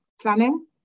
planning